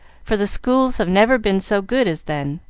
for the schools have never been so good as then,